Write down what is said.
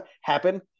happen